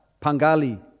pangali